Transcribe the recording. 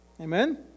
Amen